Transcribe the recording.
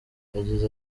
yagize